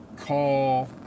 call